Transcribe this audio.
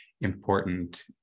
important